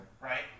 right